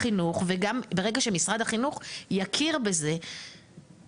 ברגע שמשרד החינוך יכיר בזה, אז גם היתר.